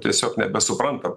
tiesiog nebesuprantam